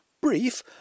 Brief